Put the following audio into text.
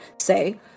say